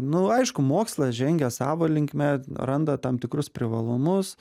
nu aišku mokslas žengia savo linkme randa tam tikrus privalumus